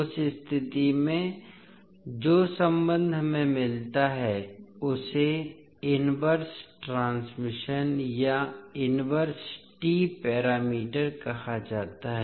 उस स्थिति में जो संबंध हमें मिलता है उसे इनवर्स ट्रांसमिशन या इनवर्स टी पैरामीटर कहा जाता है